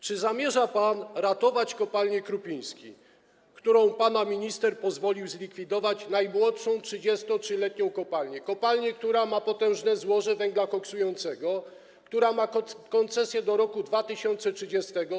Czy zamierza pan ratować kopalnię Krupiński, którą pana minister pozwolił zlikwidować, najmłodszą, 33-letnią kopalnię, kopalnię, która ma potężne złoże węgla koksującego, która ma koncesję do roku 2030?